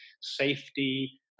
safety